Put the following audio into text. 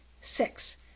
six